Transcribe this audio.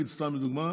נגיד סתם לדוגמה,